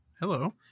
hello